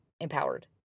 empowered